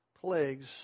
plagues